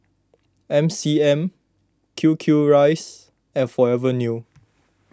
M C M Q Q Rice and Forever New